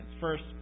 First